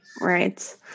Right